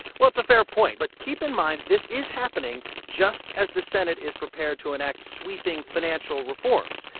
well, it's a fair point, but keep in mind this is happening just as the senate is prepared to enact sweeping financial reforms.